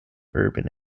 urban